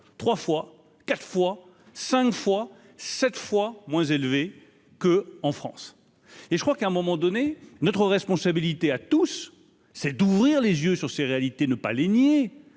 3 fois, 4 fois, 5 fois cette fois moins élevée que en France et je crois qu'à un moment donné, notre responsabilité à tous, c'est d'ouvrir les yeux sur ces réalités ne pas les nier